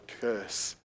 curse